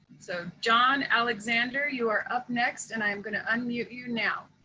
so john alexander, you are up next. and i'm going to unmute you now.